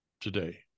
today